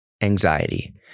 Anxiety